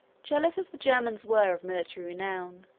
jealous as the germans were of military renown,